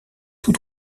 tout